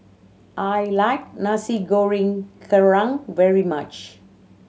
I like Nasi Goreng Kerang very much